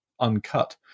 uncut